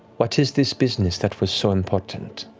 what is this business that was so important?